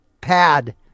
pad